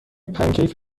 پنکیک